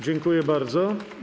Dziękuję bardzo.